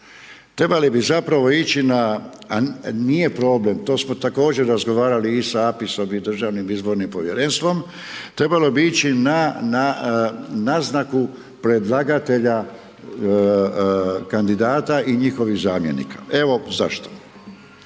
Trebali bi zapravo ići na, a nije problem, to smo također razgovarali i sa APIS-om i sa Državnim izbornim povjerenstvom, trebalo bi ići na naznaku predlagatelja kandidata i njihovih zamjenika. Evo zašto,